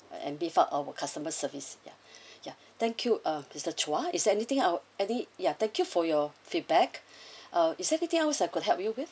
and beef up our customer service ya ya thank you uh mister chua is there anything our any~ ya thank you for your feedback uh is there anything else I could help you with